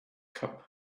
cup